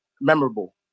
memorable